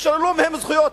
נשללו מהם זכויות,